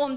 Om